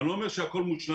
אני לא אומר שהכול מושלם,